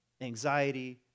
Anxiety